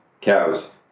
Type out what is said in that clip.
cows